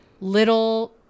little